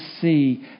see